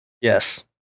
Yes